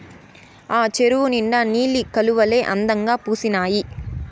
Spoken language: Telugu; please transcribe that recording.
ఆ చెరువు నిండా నీలి కలవులే అందంగా పూసీనాయి